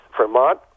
Vermont